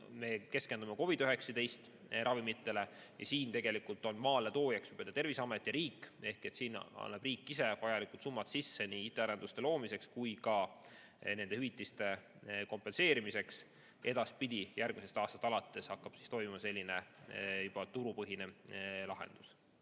me keskendume COVID‑19 ravimitele. Siin on maaletoojaks Terviseamet ja riik ehk sinna annab riik ise vajalikud summad sisse nii IT‑arenduste loomiseks kui ka nende hüvitiste kompenseerimiseks. Edaspidi, järgmisest aastast alates hakkab toimuma selline juba turupõhine lahendus.